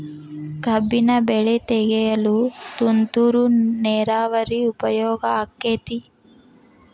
ಕಬ್ಬಿನ ಬೆಳೆ ತೆಗೆಯಲು ತುಂತುರು ನೇರಾವರಿ ಉಪಯೋಗ ಆಕ್ಕೆತ್ತಿ?